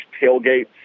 tailgates